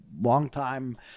longtime